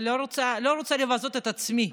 ולא רוצה לבזות את עצמי.